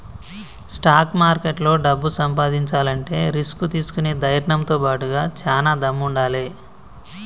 stock మార్కెట్లో డబ్బు సంపాదించాలంటే రిస్క్ తీసుకునే ధైర్నంతో బాటుగా చానా దమ్ముండాలే